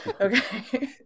Okay